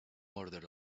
order